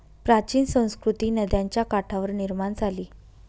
प्राचीन संस्कृती नद्यांच्या काठावर निर्माण झाली